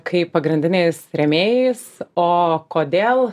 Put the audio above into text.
kaip pagrindiniais rėmėjais o kodėl